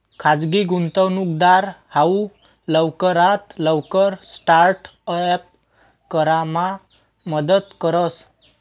खाजगी गुंतवणूकदार हाऊ लवकरात लवकर स्टार्ट अप करामा मदत करस